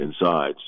inside